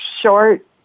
Short